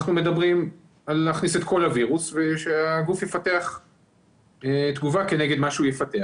אנחנו מדברים על הכנסת כל הווירוס ושהגוף יפתח תגובה כנגד מה שהוא יפתח.